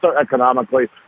economically